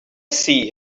see